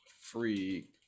free